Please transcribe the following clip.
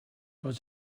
was